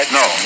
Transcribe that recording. no